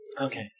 Okay